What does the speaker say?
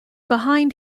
behind